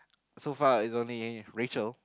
so far it's only Rachel